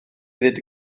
ddweud